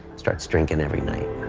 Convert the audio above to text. starts drinking every night.